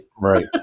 right